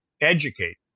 educate